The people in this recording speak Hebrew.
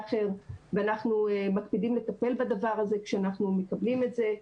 אחר ואנחנו מקפידים לטפל בדבר הזה כשאנחנו מקבלים את זה.